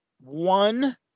one